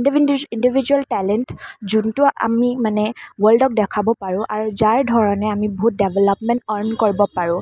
individual talent যোনটো আমি মানে ৱৰ্ল্ডক দেখুৱাব পাৰোঁ আৰু যাৰ ধৰণে আমি বহুত ডেভেলপমেণ্ট আৰ্ণ কৰিব পাৰোঁ